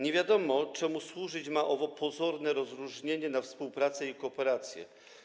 Nie wiadomo czemu ma służyć owo pozorne rozróżnienie na współpracę i kooperację.